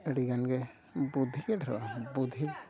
ᱟᱹᱰᱤᱜᱟᱱ ᱜᱮ ᱵᱩᱫᱽᱫᱷᱤᱜᱮ ᱰᱷᱮᱨᱚᱜᱼᱟ ᱵᱩᱫᱷᱤ